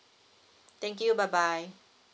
thank you bye bye